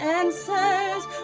answers